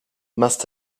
must